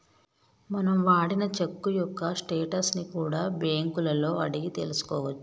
మనం వాడిన చెక్కు యొక్క స్టేటస్ ని కూడా బ్యేంకులలో అడిగి తెల్సుకోవచ్చు